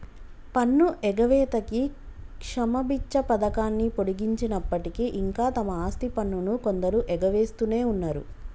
పన్ను ఎగవేతకి క్షమబిచ్చ పథకాన్ని పొడిగించినప్పటికీ ఇంకా తమ ఆస్తి పన్నును కొందరు ఎగవేస్తునే ఉన్నరు